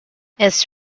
its